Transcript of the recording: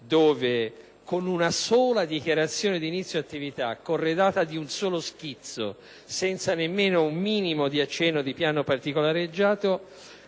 dove con una sola dichiarazione di inizio attività corredata di un solo schizzo senza nemmeno un minimo di accenno di piano particolareggiato,